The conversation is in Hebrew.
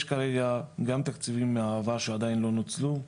יש כרגע גם תקציבים מהעבר שעדיין לא נוצלו,